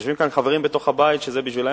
יושבים כאן חברים בתוך הבית שבשבילם